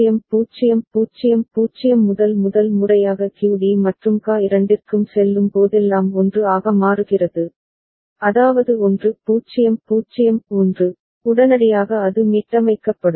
QA எனவே இது 0 0 0 0 முதல் முதல் முறையாக QD மற்றும் QA இரண்டிற்கும் செல்லும் போதெல்லாம் 1 ஆக மாறுகிறது அதாவது 1 0 0 1 உடனடியாக அது மீட்டமைக்கப்படும்